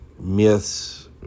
myths